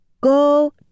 Go